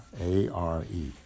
A-R-E